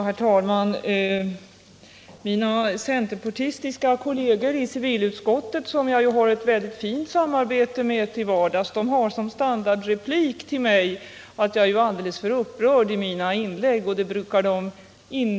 Herr talman! Mina centerpartistiska kolleger i civilutskottet, som jag till vardags har ett mycket fint samarbete med, brukar när de riktar sig till mig inleda med standardrepliken att jag är alldeles för upprörd i mina inlägg.